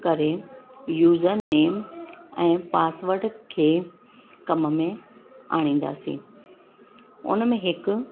ते user name ऐं password खे कम में आणींदासीं उन में हिकु